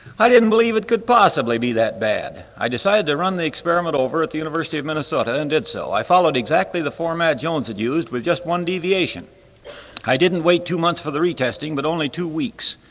i didn't believe it could possibly be that bad. i decided to run the experiment over at the university of minnesota and did so. i followed exactly the format jones had used with just one deviation i didn't wait two months for the retesting, but only two weeks.